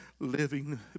living